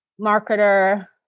marketer